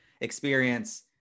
experience